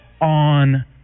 on